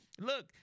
look